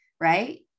right